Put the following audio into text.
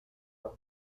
los